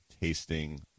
tasting